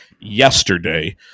yesterday